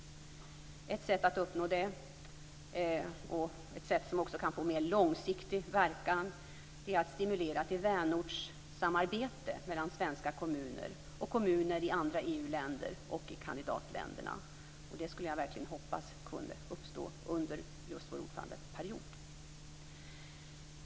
Ett sätt att uppnå det och som också kan få en mer långsiktig verkan är att stimulera till vänortssamarbete mellan svenska kommuner och kommuner i andra EU-länder och i kandidatländerna. Och det hoppas jag kan uppstå under just vår ordförandeperiod.